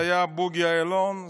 ואלה היו בוגי יעלון,